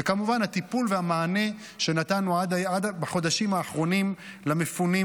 וכמובן היו הטיפול והמענה שנתנו בחודשים האחרונים למפונים,